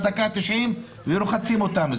ובדקה ה-90 ולוחצים אותנו.